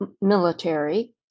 military